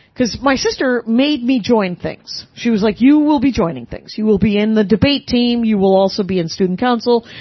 cause, my sister, made me join things. she was like, you will be joining things. you will be in the debate team, you will also be in student council.